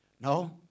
no